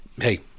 hey